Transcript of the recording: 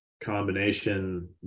combination